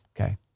Okay